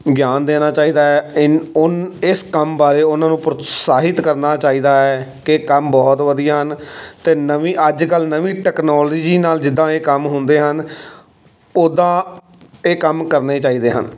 ਗਿਆਨ ਦੇਣਾ ਚਾਹੀਦਾ ਹੈ ਇਨ ਉਨ ਇਸ ਕੰਮ ਬਾਰੇ ਉਹਨਾਂ ਨੂੰ ਪਰੋਤਸਾਹਿਤ ਕਰਨਾ ਚਾਹੀਦਾ ਹੈ ਕਿ ਕੰਮ ਬਹੁਤ ਵਧੀਆ ਹਨ ਅਤੇ ਨਵੀਂ ਅੱਜ ਕੱਲ੍ਹ ਨਵੀਂ ਟੈਕਨੋਲੋਜੀ ਨਾਲ ਜਿੱਦਾਂ ਇਹ ਕੰਮ ਹੁੰਦੇ ਹਨ ਉੱਦਾਂ ਇਹ ਕੰਮ ਕਰਨੇ ਚਾਹੀਦੇ ਹਨ